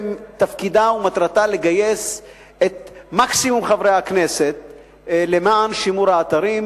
תפקידה ומטרתה לגייס את מקסימום חברי הכנסת למען שימור האתרים.